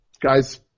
guys